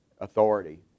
authority